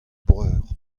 breur